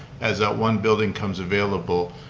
as that one building comes available,